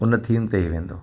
उन थीम ते ई वेंदो